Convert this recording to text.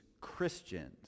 Christians